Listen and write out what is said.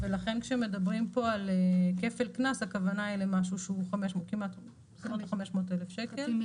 לכן כשמדברים פה על כפל קנס הכוונה היא למשהו שהוא כמעט 500,000 שקל.